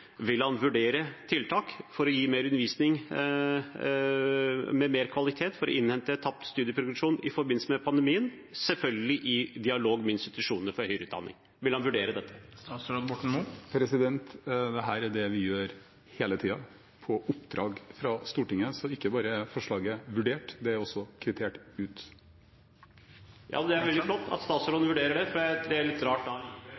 Vil han vurdere tiltak for å gi mer undervisning med mer kvalitet for å innhente tapt studieprogresjon i forbindelse med pandemien – selvfølgelig i dialog med institusjonene for høyere utdanning? Vil han vurdere dette? Dette er det vi gjør hele tiden, på oppdrag fra Stortinget, så ikke bare er forslaget vurdert, det er også kvittert ut. Det er veldig flott at statsråden vurderer det, men det er litt rart da